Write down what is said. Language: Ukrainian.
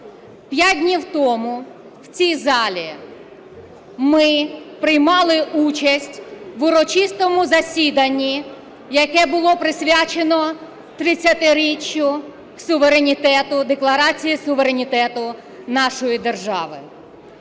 П'ять днів тому в цій залі ми приймали участь в урочистому засіданні, яке було присвячено 30-річчю Декларації суверенітету нашої держави.